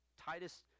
Titus